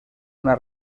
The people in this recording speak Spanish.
una